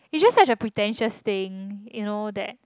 you just like the pretentious staying you know that